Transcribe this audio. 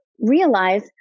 realize